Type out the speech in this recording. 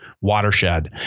watershed